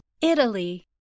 Italy